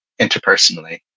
interpersonally